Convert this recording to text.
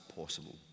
possible